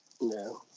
No